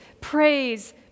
praise